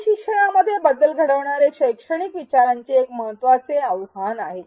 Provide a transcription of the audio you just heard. E शिक्षणामध्ये बदल घडणारे शैक्षणिक विचारांचे एक महत्त्वाचे आव्हान आहे